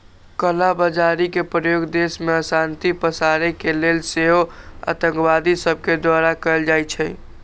कला बजारी के प्रयोग देश में अशांति पसारे के लेल सेहो आतंकवादि सभके द्वारा कएल जाइ छइ